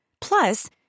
Plus